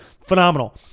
Phenomenal